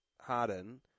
Harden